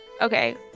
okay